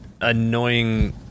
annoying